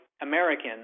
American